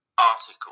article